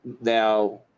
now